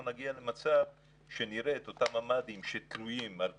נגיע למצב נראה את אותם ממ"דים שתלויים על כלונסאות,